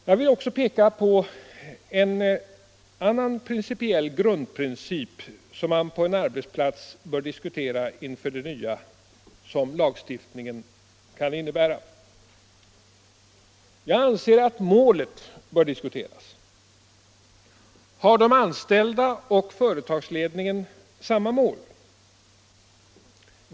Jag vill peka också på en annan grundprincip som man på en arbetsplats bör diskutera inför det nya som lagstiftningen kan innebära. Jag anser att målet bör diskuteras. Har de anställda och företagsledningen samma mål?